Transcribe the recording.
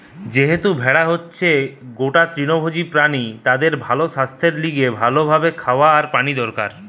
যেহেতু ভেড়া হতিছে গটে তৃণভোজী প্রাণী তাদের ভালো সাস্থের লিগে ভালো ভাবে খাওয়া আর পানি দরকার